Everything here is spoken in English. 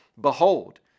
Behold